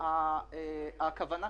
ושהיא הוגנת.